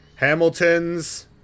Hamilton's